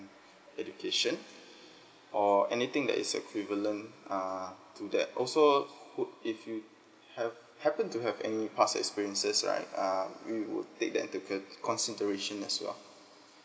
education or anything that is equivalent err to that also would if you have happen to have any past experiences right uh we would take that into con considerations as well